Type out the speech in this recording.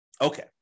Okay